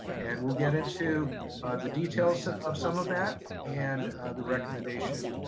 and we'll get into the details of some of that and the recommendation.